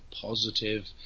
positive